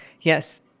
yes